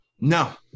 No